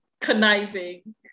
conniving